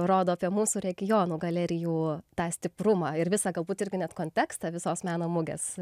rodo apie mūsų regiono galerijų tą stiprumą ir visą galbūt irgi net kontekstą visos meno mugės